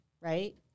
right